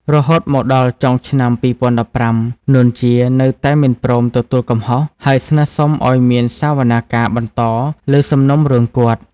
រហូតមកដល់ចុងឆ្នាំ២០១៥ នួន ជា នៅតែមិនព្រម ទទួលកំហុស ហើយស្នើរសុំឱ្យមានសាវនាការបន្តលើសំណុំរឿងគាត់។